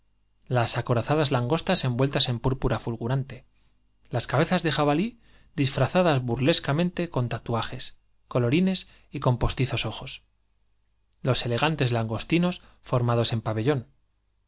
las acorazadas langostas envueltas en púrpura fulgurante las cabezas de jabalí disfrazadas burlescamente con tatuajes colori nes y con postizos ojos los elegantes langostinos formados en pabellón